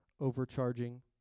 overcharging